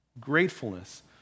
gratefulness